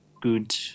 good